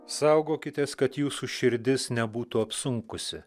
saugokitės kad jūsų širdis nebūtų apsunkusi